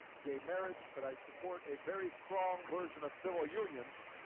gay marriage but i support a very strong version of civil unions.